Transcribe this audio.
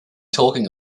talking